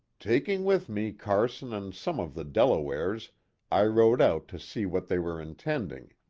taking with me carson and some of the delawares i rode out to see what they were intending.